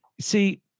See